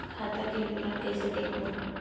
खाता के विवरण कइसे देखबो?